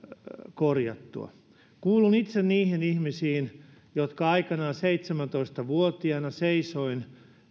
korjattua kuulun itse niihin ihmisiin jotka aikanaan seitsemäntoista vuotiaana seisoivat